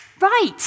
right